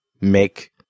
make